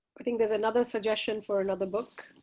i think there's another suggestion for another book.